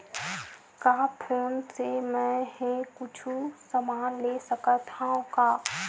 का फोन से मै हे कुछु समान ले सकत हाव का?